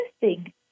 interesting